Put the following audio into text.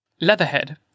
Leatherhead